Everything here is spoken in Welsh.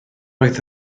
oedd